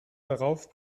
darauf